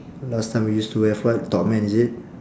last time we used to have what topman is it